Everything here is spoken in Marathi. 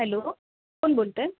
हॅलो कोण बोलतं आहे